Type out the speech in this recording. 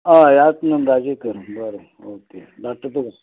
हय हय ह्याच नंबराचेर कर बरें ओके धाडटा तुका